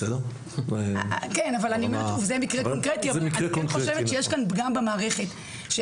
אבל אני חושבת שיש פה פגם במערכת,